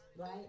right